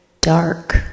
dark